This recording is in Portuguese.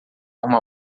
uma